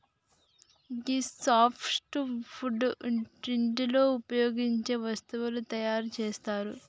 గీ soft wood ఇంటిలో ఉపయోగించే వస్తువులను తయారు చేస్తరు